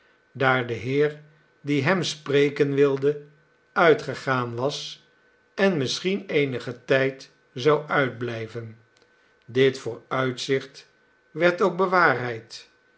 daar de heer die hem spreken wilde uitgegaan was en misschien eenigen tijd zou uitblijven dit vooruitzicht werd ook bewaarheid